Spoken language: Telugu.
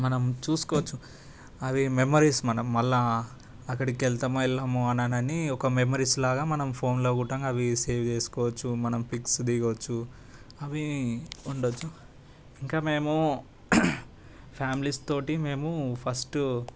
మనం చూసుకోవచ్చు అవి మెమరీస్ మనం మళ్ళీ అక్కడికి వెళతామో వెళ్ళమో అన్ని ఒక మెమరీస్ లాగా మనం ఫోన్లో కూటంగా అవి సేవ్ చేసుకోవచ్చు మనం పిక్స్ దిగవచ్చు అవి ఉండవచ్చు ఇంకా మేము ఫ్యామిలీస్ తోటి మేము ఫస్ట్